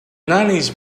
nineties